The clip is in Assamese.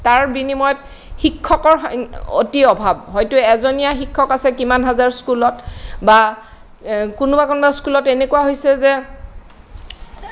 তাৰ বিনিময়ত শিক্ষকৰ সংখ্যা অতি অভাৱ হয়তো এজনীয়া শিক্ষক আছে কিমান হাজাৰ স্কুলত বা কোনোবা কোনোবা স্কুলত এনেকুৱা হৈছে যে